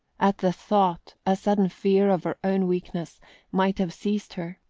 at the thought, a sudden fear of her own weakness might have seized her,